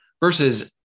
versus